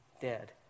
dead